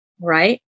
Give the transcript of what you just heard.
right